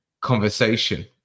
conversation